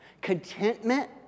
Contentment